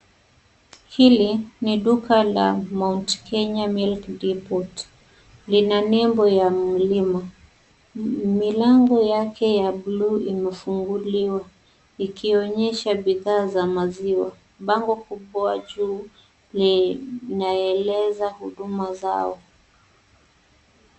Hili ni duka la Mount Kenya Milk Depot. Lina nembo ya mlima. Milango yake ya buluu imefunguliwa, ikionyesha bidhaa za maziwa. Bango kubwa juu linaeleza huduma zao.